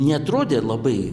neatrodė labai